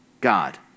God